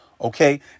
Okay